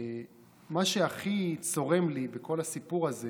מה שהכי צורם לי בכל הסיפור הזה